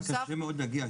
מחר מאוד קשה להגיע.